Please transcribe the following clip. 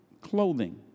clothing